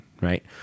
right